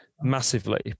massively